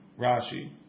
Rashi